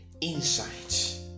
insights